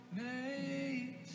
made